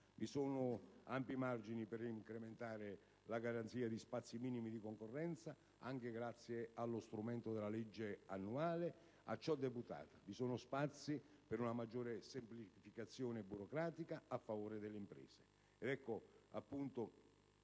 vi sono ampi margini per incrementare la garanzia di spazi minimi di concorrenza, anche grazie allo strumento della legge annuale a ciò deputata. Vi sono spazi per una maggiore semplificazione burocratica a favore delle imprese.